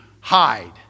Hide